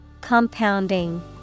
Compounding